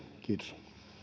kiitos